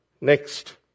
next